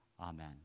Amen